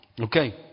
Okay